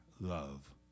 love